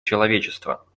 человечества